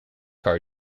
car